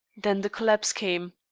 then the collapse came.